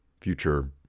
future